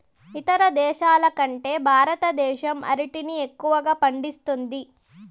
ఇతర దేశాల కంటే భారతదేశం అరటిని ఎక్కువగా పండిస్తుంది